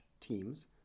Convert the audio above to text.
teams